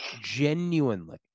genuinely